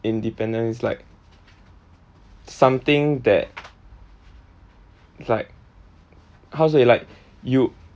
independence like something that like how to say like you